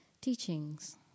teachings